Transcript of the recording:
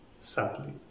sadly